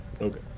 Okay